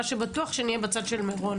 מה שבטוח הוא שנהיה בצד של מירון.